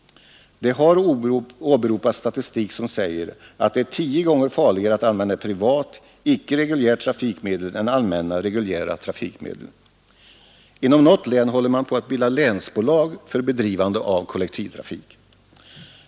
Det har åberopats statistik som säger att det är tio gånger farligare att använda privat, icke reguljärt trafikmedel än allmänna reguljära trafikmedel. Inom något län håller man på att bilda länsbolag för bedrivande av kollektivtrafik.